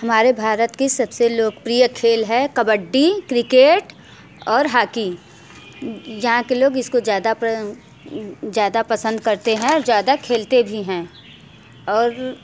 हमारे भारत की सबसे लोकप्रिय खेल है कबड्डी क्रिकेट और हाकी यहाँ के लोग इसको ज़्यादा ज़्यादा पसंद करते हैं और ज़्यादा खेलते भी हैं और